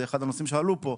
זה אחד הנושאים שעלו פה,